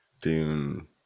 Dune